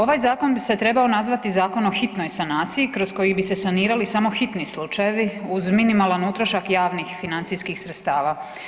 Ovaj Zakon bi se trebao nazvati Zakon o hitnoj sanaciji kroz koji bi se sanirali samo hitni slučajevi uz minimalan utrošak javnih financijskih sredstava.